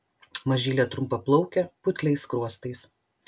mažylė trumpaplaukė putliais skruostais